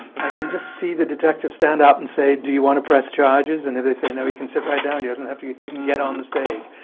but i can just see the detective stand up and say, do you want to press charges and if they say no, he can sit right down. he doesn't have to even get on the stage.